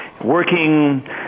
working